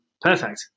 Perfect